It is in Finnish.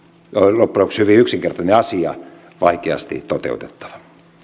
lopuksi hyvin yksinkertainen asia mutta vaikeasti toteutettava